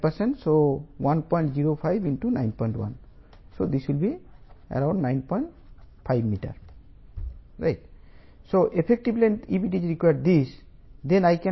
65 L0